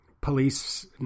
Police